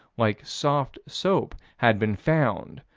like soft soap, had been found.